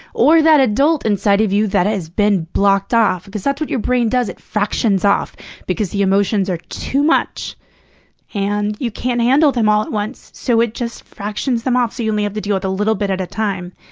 or that adult inside of you that has been blocked off. cause that's what your brain does. it fractions off because the emotions are too much and you can't handle them all at once, so it just fractions them off, so you only have to deal with a little bit at a time.